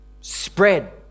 spread